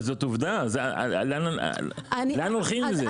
לאן הולכים עם זה?